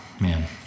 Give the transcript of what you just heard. Man